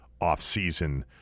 offseason